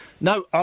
No